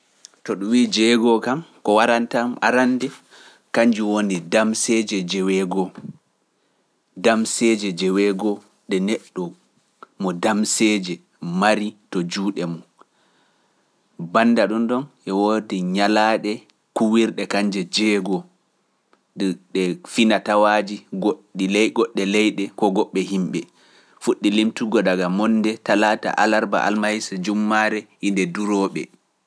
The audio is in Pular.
To ɗum wii jeego'o kam, ko waranta am arannde, kannjum woni damseeje joweego'o, damseeje joweego'o ɗe neɗɗo mo damseeje mari to juuɗe mum. Bannda ɗumɗon e woodi nyalaaɗe kuwirɗe kannje jeego'o, ɗe - ɗe fina-tawaaji goɗɗi - ɗi ley goɗɗe leyɗe koo goɓɓe yimɓe. Fuɗɗidaga Monday, Talaasa, Alarba, Almahiisa, Jummaare e Nde-durooɓe.